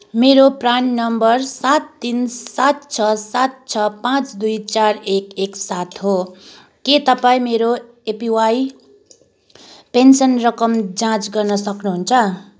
मेरो PRAN number सात तिन सात छ सात छ पाँच दुई चार एक एक सात हो के तपाईँ मेरो एपिवाई पेन्सन रकम जाँच गर्न सक्नुहुन्छ